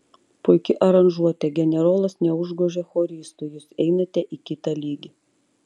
puiki aranžuotė generolas neužgožė choristų jūs einate į kitą lygį